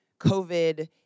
COVID